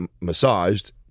massaged